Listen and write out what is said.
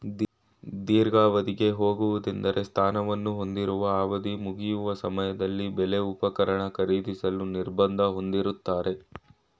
ದೀರ್ಘಾವಧಿಗೆ ಹೋಗುವುದೆಂದ್ರೆ ಸ್ಥಾನವನ್ನು ಹೊಂದಿರುವ ಅವಧಿಮುಗಿಯುವ ಸಮಯದಲ್ಲಿ ಬೆಲೆ ಉಪಕರಣ ಖರೀದಿಸಲು ನಿರ್ಬಂಧ ಹೊಂದಿರುತ್ತಾರೆ